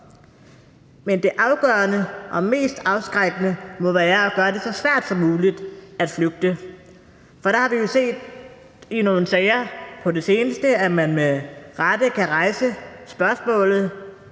Men det afgørende og mest afskrækkende må være at gøre det så svært som muligt at flygte. For vi har jo på det seneste set nogle sager, hvor man med rette kan rejse spørgsmålet: